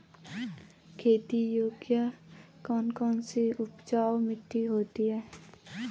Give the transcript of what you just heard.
खेती योग्य कौन कौन सी उपजाऊ मिट्टी होती है?